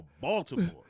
Baltimore